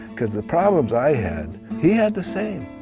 cause the problems i had, he had the same.